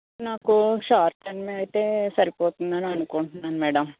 నాకు short term అయితే సరిపోతుంది అని అనుకుంటున్నాను మేడం